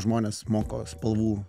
žmonės moko spalvų